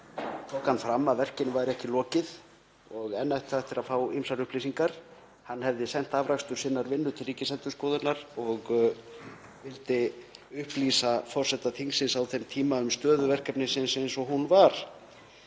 tók hann fram að verkinu væri ekki lokið og enn ætti eftir að fá ýmsar upplýsingar. Hann hefði sent afrakstur sinnar vinnu til Ríkisendurskoðunar og vildi upplýsa forseta þingsins á þeim tíma um stöðu verkefnisins eins og hún var.